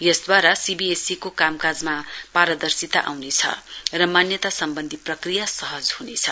यसद्वारा सीवीएसईको कामकाजमा पारदर्शिता आउनेछ र मान्यता सम्वन्धी प्रक्रिया सहज ह्नेछ